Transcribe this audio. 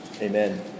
Amen